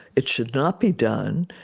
it should not be done,